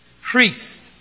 priest